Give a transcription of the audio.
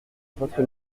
votre